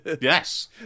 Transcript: Yes